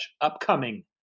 upcoming